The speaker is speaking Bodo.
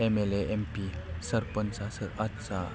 M L A M P सारपान्चआ सोर आदसा